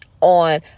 on